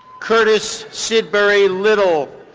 curtis sidbury little,